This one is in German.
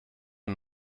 und